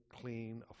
clean